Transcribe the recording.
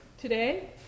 today